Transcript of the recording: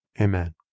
Amen